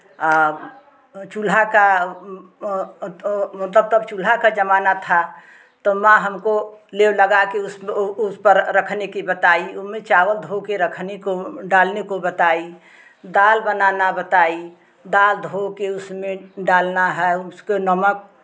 चूल्हा का मतलब तब चूल्हा का जमाना था तो माँ हमको लेव लगा के उसपे उस पर रखने की बताई ओ में चावल धो कर रखने को डालने को बताई दाल बनाना बताई दाल धो कर उसमें डालना है उसको नमक